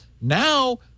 Now